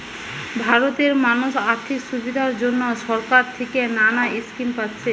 ভারতের মানুষ আর্থিক সুবিধার জন্যে সরকার থিকে নানা স্কিম পাচ্ছে